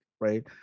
right